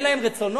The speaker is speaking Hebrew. אין להם רצונות?